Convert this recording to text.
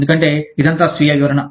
ఎందుకంటే ఇదంతా స్వీయ వివరణ